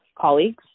colleagues